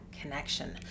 connection